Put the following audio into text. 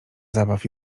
zabaw